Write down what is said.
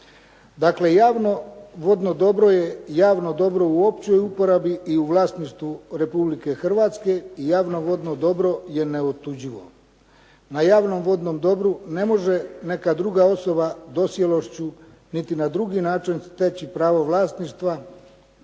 Dakle, javno vodno dobro je javno dobro u općoj uporabi i u vlasništvu RH i javno vodno dobro je neotuđivo. Na javnom vodnom dobru ne može neka druga osoba dosjelošću niti na drugi način steći pravo vlasništva.